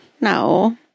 No